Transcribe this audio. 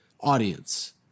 audience